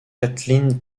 kathleen